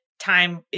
time